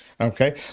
Okay